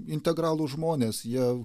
integralų žmonės jie